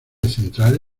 central